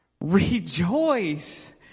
rejoice